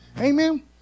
Amen